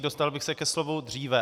Dostal bych se ke slovu dříve.